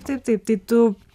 taip taip tai tu